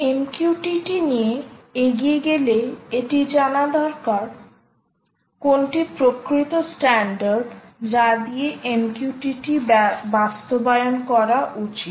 MQTT নিয়ে এগিয়ে গেলে এটি জানা দরকার কোনটি প্রকৃত স্ট্যান্ডার্ড যা দিয়ে MQTT বাস্তবায়ন করা উচিত